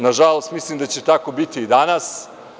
Nažalost, mislim da će tako biti i danas.